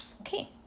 Okay